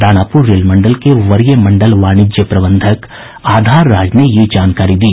दानापुर रेल मंडल के वरीय मंडल वाणिज्य प्रबंधक आधार राज ने यह जानकारी दी